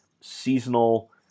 seasonal